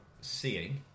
seeing